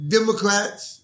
Democrats